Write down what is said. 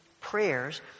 prayers